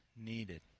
needed